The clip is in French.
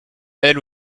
elle